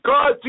God